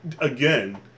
Again